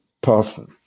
person